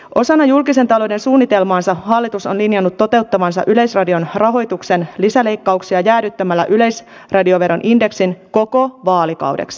osana julkisen talouden suunnitelmaansa hallitus on linjannut toteuttavansa yleisradion rahoituksen lisäleikkauksia jäädyttämällä yleisradioveron indeksin koko vaalikaudeksi